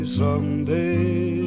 someday